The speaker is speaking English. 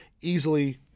easily